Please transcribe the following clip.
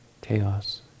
chaos